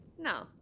No